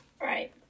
right